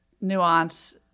nuance